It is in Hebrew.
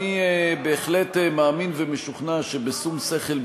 אני בהחלט מאמין ומשוכנע שבשום שכל,